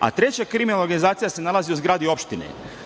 a treća kriminalna organizacija se nalazi u zgradi opštine. Opština